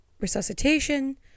resuscitation